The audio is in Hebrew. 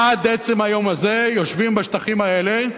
עד עצם היום הזה יושבים בשטחים האלה,